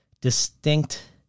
distinct